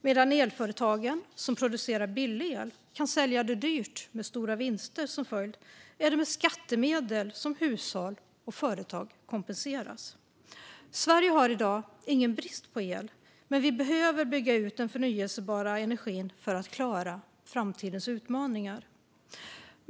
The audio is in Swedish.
Medan elföretagen som producerar billig el kan sälja den dyrt och göra stora vinster är det med skattemedel hushåll och företag kompenseras. Sverige har i dag ingen brist på el, men vi behöver bygga ut den förnybara energin för att klara framtidens utmaningar.